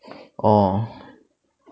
orh